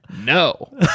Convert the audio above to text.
no